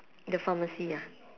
the pharmacy ah